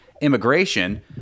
immigration